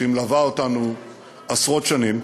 שמלווה אותנו עשרות שנים.